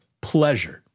pleasure